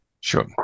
Sure